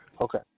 Okay